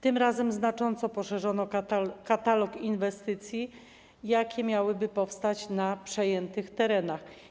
Tym razem znacząco poszerzono katalog inwestycji, jakie miałyby powstać na przejętych terenach.